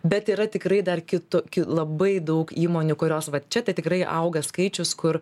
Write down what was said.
bet yra tikrai dar kitu labai daug įmonių kurios vat čia tai tikrai auga skaičius kur